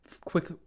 quick